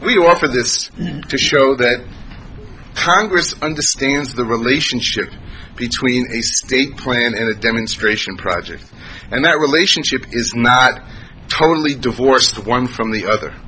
do offer this to show that congress understands the relationship between state plan and demonstration project and that relationship is not totally divorced one from the other